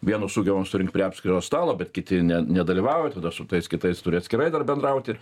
vienus sugebam surinkt prie apskrito stalo bet kiti ne nedalyvauja tada su tais kitais turi atskirai dar bendrauti